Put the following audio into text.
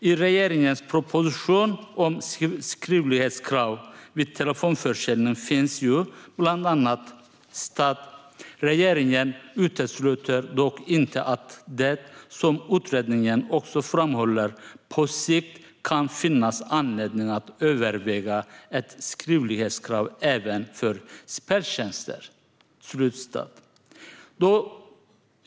I regeringens proposition om skriftlighetskrav vid telefonförsäljning står bland annat: "Regeringen utesluter dock inte att det, som utredningen också framhåller, på sikt kan finnas anledning att överväga ett skriftlighetskrav även för speltjänster."